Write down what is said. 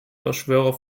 verschwörer